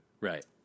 right